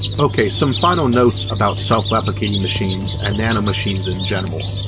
okay some final notes about self-replicating machine and nano-machines in general.